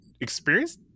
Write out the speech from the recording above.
experience